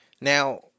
Now